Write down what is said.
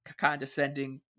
condescending